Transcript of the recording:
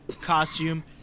Costume